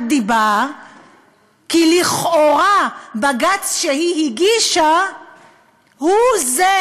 דיבה כי לכאורה בג"ץ שהיא הגישה הוא זה,